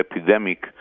epidemic